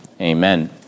Amen